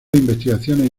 investigaciones